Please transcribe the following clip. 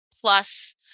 plus